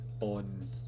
on